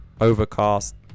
Overcast